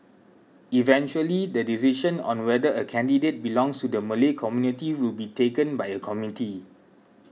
eventually the decision on whether a candidate belongs to the Malay community will be taken by a committee